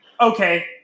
Okay